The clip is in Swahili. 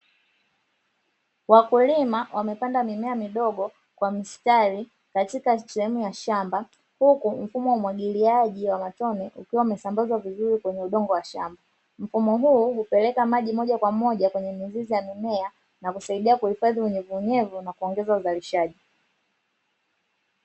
Wakulima wamepanda mimea midogo kwa mistari katika sehemu ya shamba huku mfumo wa umwagiliaji wa matone ukiwa umesambazwa vizuri kwenye udongo wa shamba. Mfumo huu hupeleka maji moja kwa moja kwenye nyuzi za mimea na kusaidia kuhifadhi univuniavyo nakuongeza uzalishaji.